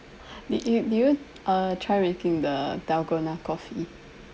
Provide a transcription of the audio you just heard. did you did you err try making the dalgona coffee